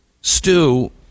Stu